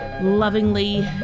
lovingly